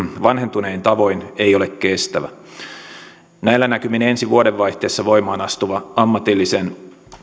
vanhentunein tavoin ei ole kestävä näillä näkymin ensi vuodenvaihteessa voimaan astuva ammatillisen